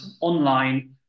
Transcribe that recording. online